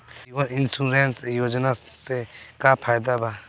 जीवन insurance योजना से का फायदा बा?